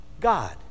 God